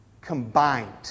combined